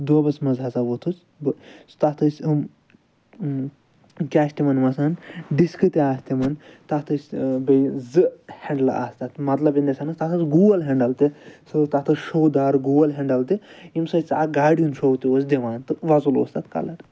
دۄبَس مَنٛز ہَسا ووٚتھُس بہٕ تَتھ ٲسۍ یِم کیاہ چھِ تِمَن وَسان ڈِسکہٕ تہِ آسہٕ تِمَن تتھ ٲسۍ بیٚیہِ زٕ ہٮ۪نٛڈلہٕ آسہٕ تتھ مَطلَب اِن دَ سیٚنس تتھ اوس گول ہینڈَل تہِ سُہ اوس تتھ اوس شو دار گول ہینڈَل تہِ ییٚمہِ سۭتۍ سُہ اکھ گاڑِ ہُنٛد شو تہِ اوس دِوان تہٕ وۄزُل اوس تتھ کَلَر